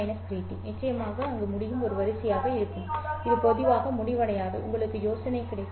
g நிச்சயமாக அங்கு முடியும் ஒரு வரிசையாக இருங்கள் அது பொதுவாக முடிவடையாது உங்களுக்கு யோசனை கிடைக்கும் சரி